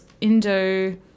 Indo